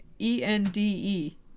e-n-d-e